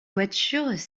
voitures